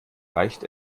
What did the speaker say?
reicht